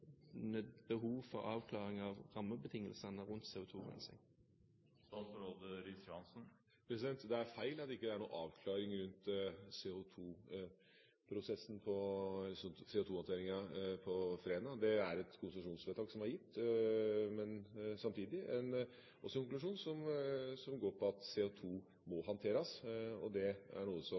behov for avklaringer om rammebetingelsene rundt CO2-rensing. Det er feil at det ikke er noen avklaring rundt CO2-håndtering i Fræna. Det foreligger et konsesjonsvedtak, men samtidig også en konklusjon som går på at CO2 må håndteres, og det kommer det ikke til å være noen statlig involvering i. Så det er